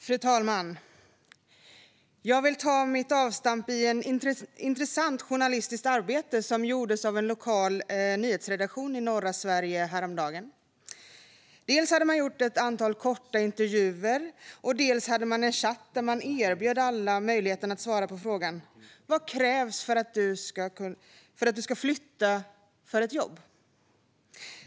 Fru talman! Jag vill ta avstamp i ett intressant journalistiskt arbete som gjordes av en lokal nyhetsredaktion i norra Sverige häromdagen. Dels hade man gjort ett antal korta intervjuer, dels hade man en chatt där alla erbjöds möjligheten att svara på frågan: Vad krävs för att du ska flytta för ett jobb?